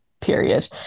period